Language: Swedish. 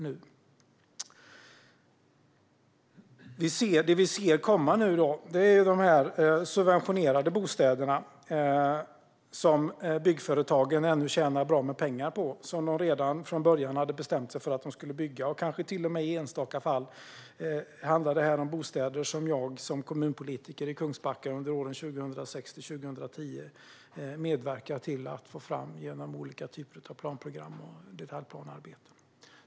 Det vi nu ser komma är de subventionerade bostäderna som byggföretagen ännu tjänar bra med pengar på och som de redan från början hade bestämt sig för att bygga. Det kanske till och med i enstaka fall handlar om bostäder som jag som kommunpolitiker i Kungsbacka under åren 2006-2010 medverkat till att få fram genom olika typer av planprogram och detaljplanearbete.